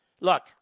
Look